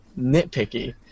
nitpicky